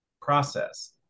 process